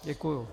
Děkuju.